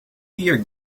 year